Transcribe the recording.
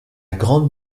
grande